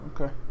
Okay